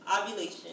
Ovulation